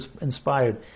inspired